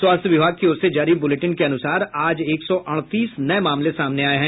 स्वास्थ्य विभाग की ओर से जारी बुलेटिन के अनुसार आज एक सौ अड़तीस नये मामले सामने आये हैं